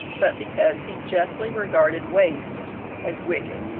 but because he justly regarded waste as wicked.